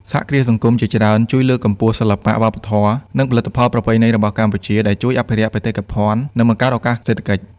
សហគ្រាសសង្គមជាច្រើនជួយលើកកម្ពស់សិល្បៈ វប្បធម៌ និងផលិតផលប្រពៃណីរបស់កម្ពុជា ដែលជួយអភិរក្សបេតិកភណ្ឌ និងបង្កើតឱកាសសេដ្ឋកិច្ច។